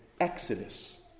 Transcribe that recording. Exodus